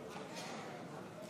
יואב גלנט,